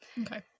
Okay